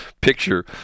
picture